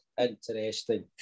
interesting